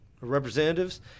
representatives